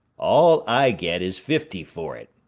all i get is fifty for it,